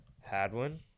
Hadwin